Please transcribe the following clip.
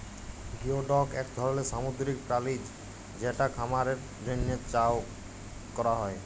geoduck এক ধরলের সামুদ্রিক প্রাণী যেটা খাবারের জন্হে চাএ ক্যরা হ্যয়ে